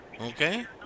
Okay